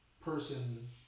person